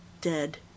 dead